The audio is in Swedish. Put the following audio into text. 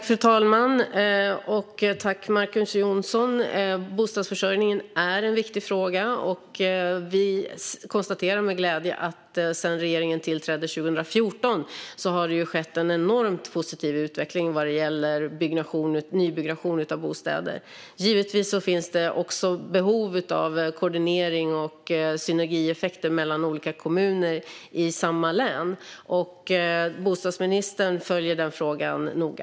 Fru talman! Bostadsförsörjningen är en viktig fråga. Vi konstaterar med glädje att det har skett en enormt positiv utveckling vad gäller nybyggnation av bostäder sedan regeringen tillträdde 2014. Givetvis finns det också behov av koordinering och synergieffekter mellan olika kommuner i samma län. Bostadsministern följer den frågan noga.